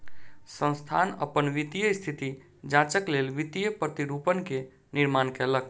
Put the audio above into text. संस्थान अपन वित्तीय स्थिति जांचक लेल वित्तीय प्रतिरूपण के निर्माण कयलक